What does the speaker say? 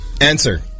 Answer